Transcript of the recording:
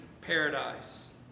paradise